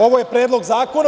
Ovo je predlog zakona.